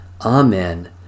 Amen